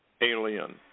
alien